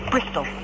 Bristol